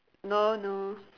no no